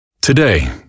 Today